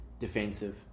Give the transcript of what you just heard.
Defensive